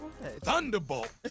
thunderbolt